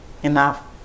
enough